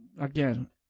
again